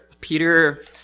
Peter